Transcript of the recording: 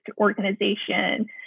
organization